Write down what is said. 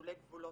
נטולי גבולות,